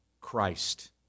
Christ